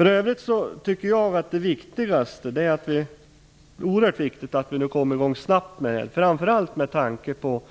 I övrigt tycker jag att det är oerhört viktigt att vi kommer i gång snabbt nu, framför allt med tanke på